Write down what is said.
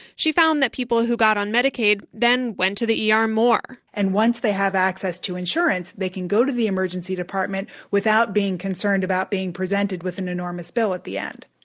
she found that people who got on medicaid then went to the er more. and once they have access to insurance, they can go to the emergency department without being concerned about being presented with an enormous bill at the end.